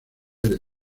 del